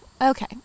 okay